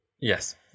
Yes